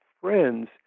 friends